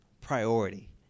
priority